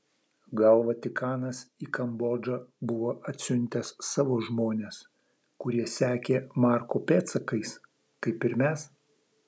gal vatikanas į kambodžą buvo atsiuntęs savo žmones kurie sekė marko pėdsakais kaip ir mes